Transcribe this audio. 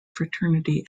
fraternity